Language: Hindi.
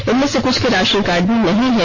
इनमें से कुछ के राशन कार्ड भी नहीं है